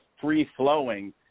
free-flowing